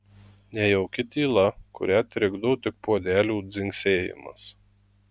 nejauki tyla kurią trikdo tik puodelių dzingsėjimas